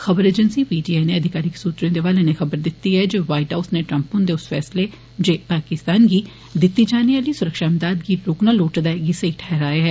खबर agency P T I नै अधिकारिक सूत्रें दे हवाले नै खबर दिती ऐ जे वाईट हाऊस नै ट्रम्प हुन्दे उस फैसले जे पाकिस्तान गी दिंती जाने आली सुरक्षा इमदाद गी रोकना लोड़चदा गी सेई ठहराया ऐ